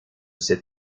cet